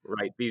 right